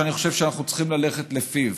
שאני חושב שאנחנו צריכים ללכת לפיו: